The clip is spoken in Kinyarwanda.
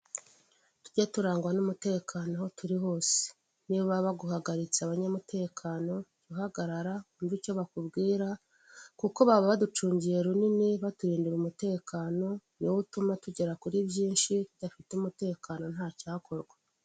Tuge turangwa n' umutekano aho turi hose niyo baba baguhagaritse abanyamutekano jya uhagarara wumve icyo bakubwira kuko baba baducungiye runini baturindira umutekano niwo utuma tugera kuri byinshi tudafite umutekano ntacyakorwa.